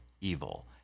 evil